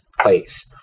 place